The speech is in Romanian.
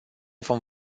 vom